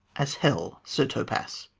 as hell, sir topas.